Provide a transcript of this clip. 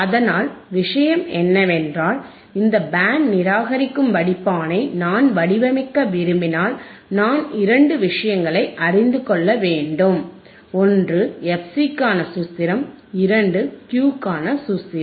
அதனால் விஷயம் என்னவென்றால் இந்த பேண்ட் நிராகரிக்கும் வடிப்பானை நான் வடிவமைக்க விரும்பினால் நான் இரண்டு விஷயங்களை அறிந்து கொள்ள வேண்டும் ஒன்று fC க்கான சூத்திரம் இரண்டாவது Q க்கான சூத்திரம்